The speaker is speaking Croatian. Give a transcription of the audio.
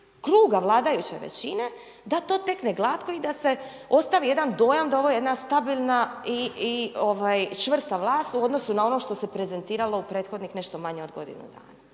kruga vladajuće većine da to tekne glatko i da se ostavi jedan dojam da je ovo jedna stabilna i čvrsta vlast u odnosu na ono što se prezentiralo u prethodnih nešto manje od godinu dana.